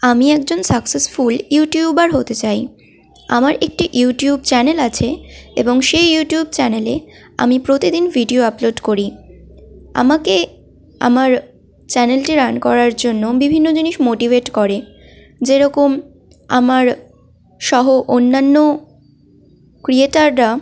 আমি একজন successful YouTuber হতে চাই আমার একটি ইউটিউব চ্যানেল আছে এবং সেই ইউটিউব চ্যানেলে আমি প্রতিদিন ভিডিও আপলোড করি আমাকে আমার চ্যানেলটি রান করার জন্য বিভিন্ন জিনিস মোটিভেট করে যেরকম আমার সহ অন্যান্য ক্রিয়েটাররা